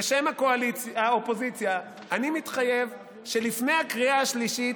בשם האופוזיציה אני מתחייב שלפני הקריאה השלישית